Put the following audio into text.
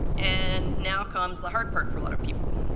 and now comes the hard part for a lot of people.